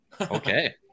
Okay